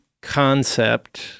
concept